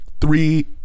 Three